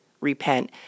repent